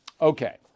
Okay